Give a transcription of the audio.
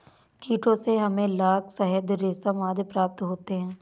कीटों से हमें लाख, शहद, रेशम आदि प्राप्त होते हैं